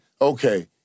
okay